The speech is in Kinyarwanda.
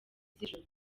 z’ijoro